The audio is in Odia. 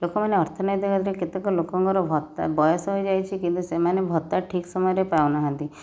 ଲୋକମାନେ ଅର୍ଥନୈତିକରେ କେତେକ ଲୋକଙ୍କର ଭତ୍ତା ବୟସ ହୋଇଯାଇଛି କିନ୍ତୁ ସେମାନେ ଭତ୍ତା ଠିକ୍ ସମୟରେ ପାଉନାହାନ୍ତି